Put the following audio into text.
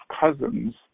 cousins